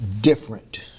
different